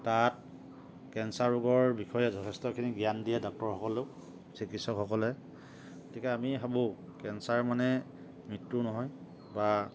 আৰু তাত কেন্সাৰ ৰোগৰ বিষয়ে যথেষ্টখিনি জ্ঞান দিয়ে ডাক্তৰসকলেও চিকিৎসকসকলে গতিকে আমি ভাবোঁ কেঞ্চাৰ মানে মৃত্যু নহয় বা